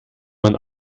man